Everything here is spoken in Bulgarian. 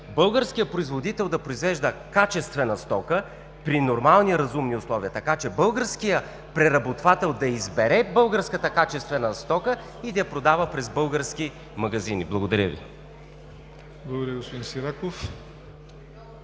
българският производител да произвежда качествена стока при нормални и разумни условия, така че българският преработвател да избере българската качествена стока и да я продава през български магазини. Благодаря. ПРЕДСЕДАТЕЛ ЯВОР НОТЕВ: Благодаря Ви, господин Сираков.